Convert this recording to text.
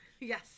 Yes